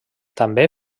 també